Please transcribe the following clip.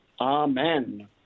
Amen